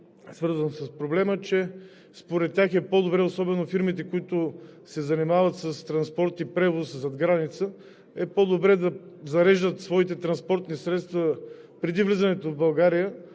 свързан с проблема. Според тях – особено фирмите, които се занимават с транспорт и превоз зад граница, е по-добре да зареждат своите транспортни средства преди влизането в България,